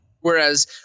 Whereas